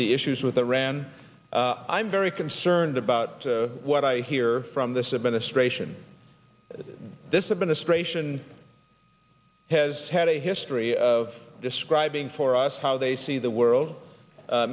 the issues with iran i'm very concerned about what i hear from this administration that this administration has had a history of describing for us how they see the world